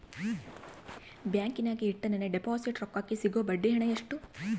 ಬ್ಯಾಂಕಿನಾಗ ಇಟ್ಟ ನನ್ನ ಡಿಪಾಸಿಟ್ ರೊಕ್ಕಕ್ಕೆ ಸಿಗೋ ಬಡ್ಡಿ ಹಣ ಎಷ್ಟು?